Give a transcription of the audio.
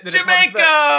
Jamaica